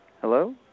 Hello